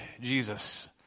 Jesus